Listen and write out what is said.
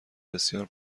بسیار